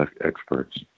experts